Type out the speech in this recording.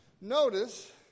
Notice